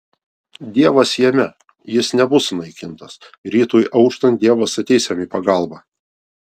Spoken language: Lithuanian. dievas jame jis nebus sunaikintas rytui auštant dievas ateis jam į pagalbą